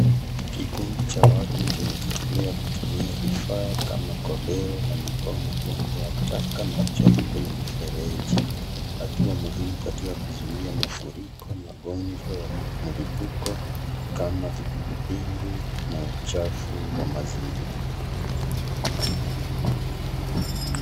Kikundi cha watu kimejitolea kutumia vifaa kama koleo na mikono kuondoa taka na uchafu kwenye mifereji, hatua muhimu katika kuzuia mafuriko, magonjwa ya mlipuko kama kipindupindu na uchafu wa mazingira.